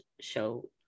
show